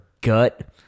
Gut